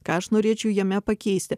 ką aš norėčiau jame pakeisti